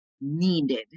needed